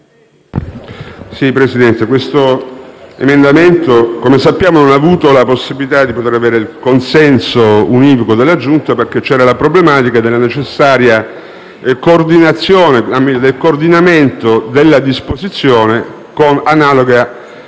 Presidente, l'emendamento, come sappiamo, non ha avuto la possibilità di avere il consenso univoco della Giunta perché c'era la problematica del necessario coordinamento della disposizione con analoga